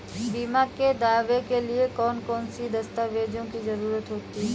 बीमा के दावे के लिए कौन कौन सी दस्तावेजों की जरूरत होती है?